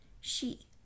She